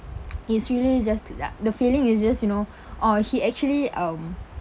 it's really just the feeling is just you know orh he actually um